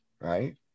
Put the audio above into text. right